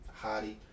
Hottie